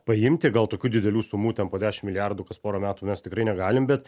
paimti gal tokių didelių sumų ten po dešim milijardų kas porą metų mes tikrai negalim bet